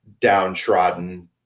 downtrodden